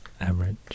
average